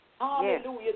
Hallelujah